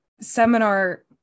seminar